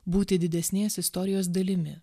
būti didesnės istorijos dalimi